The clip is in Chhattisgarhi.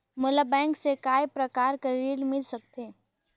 मोला बैंक से काय प्रकार कर ऋण मिल सकथे?